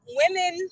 women